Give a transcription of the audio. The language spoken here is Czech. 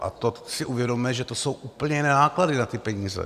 A to si uvědomme, že to jsou úplně jiné náklady na ty peníze.